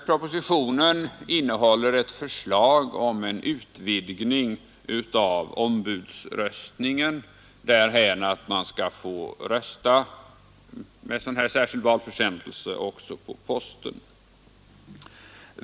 Propositionen innehåller ett förslag om en utvidgning av ombuds ningen därhän att man skall få rösta med särskild valförsändelse också på posten.